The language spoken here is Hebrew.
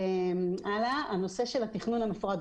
עלה הנושא של התכנון המפורט.